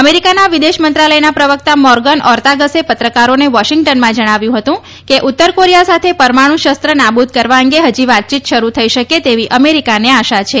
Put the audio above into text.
અમેરિકાના વિદેશ મંત્રાલયના પ્રવક્તા મોર્ગન ઓરતાગસે પત્રકારોને વોશિંગ્ટનમાં જણાવ્યું હતું કે ઉત્તર કોરિયા સાથે પરમાણુ શન્ન નાબૂદ કરવા અંગે હજી વાતચીત શરૂ થઈ શકે તેવી અમેરિકાને આશા છે